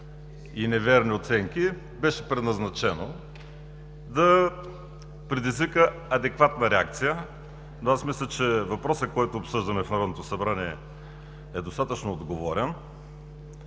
и неверни оценки, определено беше предназначено да предизвика адекватна реакция. Мисля, че въпросът, който обсъждаме в Народното събрание, е достатъчно отговорен,